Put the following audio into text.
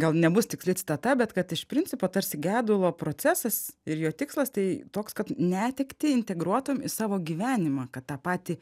gal nebus tiksli citata bet kad iš principo tarsi gedulo procesas ir jo tikslas tai toks kad netektį integruotum į savo gyvenimą kad tą patį